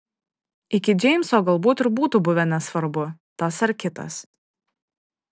iki džeimso galbūt ir būtų buvę nesvarbu tas ar kitas